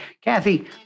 Kathy